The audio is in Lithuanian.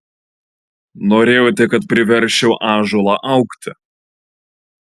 norėjote kad priversčiau ąžuolą augti